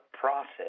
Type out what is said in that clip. process